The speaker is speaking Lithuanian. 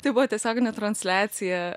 tai buvo tiesioginė transliacija